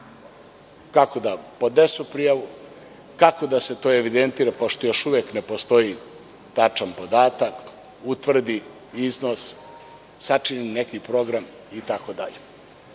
kako da podnesu prijavu, kako da se to evidentira, pošto još uvek ne postoji tačan podatak, utvrdi iznos, sačini neki program itd. Ono